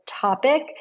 topic